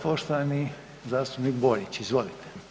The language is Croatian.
Poštovani zastupnik Borić, izvolite.